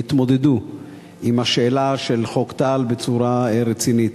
יתמודדו עם השאלה של חוק טל בצורה רצינית.